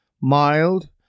Mild